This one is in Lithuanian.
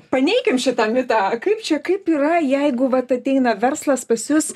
paneikim šitą mitą kaip čia kaip yra jeigu vat ateina verslas pas jus